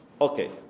okay